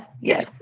Yes